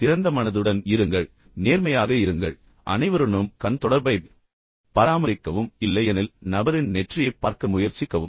திறந்த மனதுடன் இருங்கள் நேர்மையாக இருங்கள் அனைவருடனும் கண் தொடர்பைப் பராமரிக்கவும் யாருடனும் கண் தொடர்பைப் பராமரிப்பது மிகவும் கடினமாக இருந்தாலும் நபரின் நெற்றியைப் பார்க்க முயற்சிக்கவும்